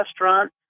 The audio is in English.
restaurant